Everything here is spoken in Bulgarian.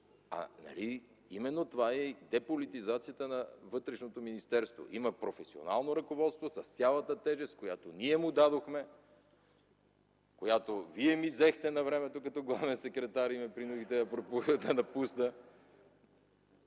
именно това е деполитизацията на Вътрешното министерство? Има професионално ръководство, с цялата тежест, която ние му дадохме, която вие ми взехте навремето като главен секретар и ме принудихте да напусна